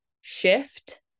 shift